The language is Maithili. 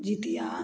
जीतिया